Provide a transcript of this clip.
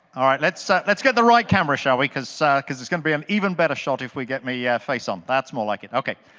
all right. let's so let's get the right camera, shall we, because so because it's going to be an even better shot if we get me yeah face-on. that's more like it. okay.